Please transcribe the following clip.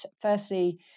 Firstly